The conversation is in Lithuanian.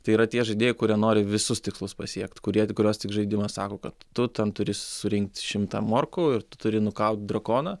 tai yra tie žaidėjai kurie nori visus tikslus pasiekt kurie kuriuos tik žaidimas sako kad tu ten turi surinkt šimtą morkų ir tu turi nukaut drakoną